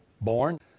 born